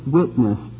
witness